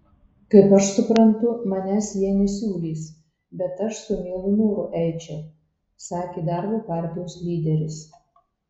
kaip aš suprantu manęs jie nesiūlys bet aš su mielu noru eičiau sakė darbo partijos lyderis